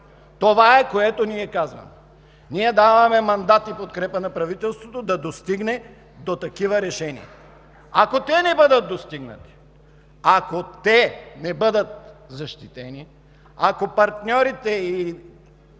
Това казваме ние! Ние даваме мандат и подкрепа на правителството да достигне до такива решения. Ако те не бъдат достигнати, ако те не бъдат защитени, ако партньорите и